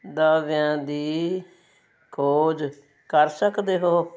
ਦਾਅਵਿਆਂ ਦੀ ਖੋਜ ਕਰ ਸਕਦੇ ਹੋ